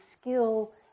skill